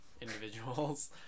individuals